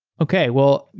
okay. well,